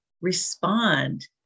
respond